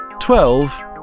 twelve